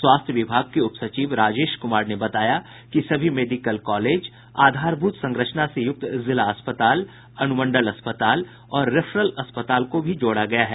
स्वास्थ्य विभाग के उप सचिव राजेश कुमार ने बताया कि सभी मेडिकल कॉलेज आधारभूत संरचना से युक्त जिला अस्पताल अनुमंडल अस्पताल और रेफरल अस्पताल को भी जोड़ा गया है